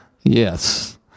Yes